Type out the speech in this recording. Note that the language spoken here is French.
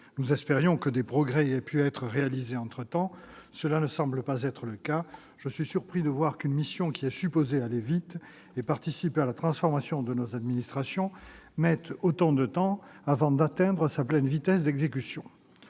Nous espérions des progrès ; cela ne semble pas être le cas. Je suis surpris de constater qu'une mission qui est supposée aller vite et participer à la transformation de nos administrations mette autant de temps avant d'atteindre sa pleine vitesse d'exécution.